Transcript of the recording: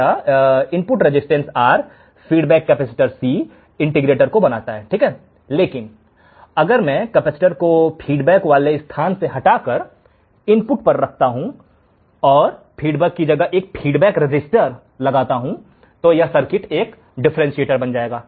हमारा input resistance R feedback capacitor C integrator को बनाता है लेकिन अगर मैं कैपेसिटर को फीडबैक वाले स्थान से हटाकर इनपुट पर रखता हूं और फीडबैक की जगह एक फीडबैक रसिस्टर लगाता हूं तब यह सर्किट एक डिफरेंटशिएटर बन जाएगा